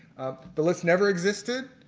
the list never existed.